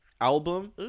album